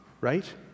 right